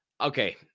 okay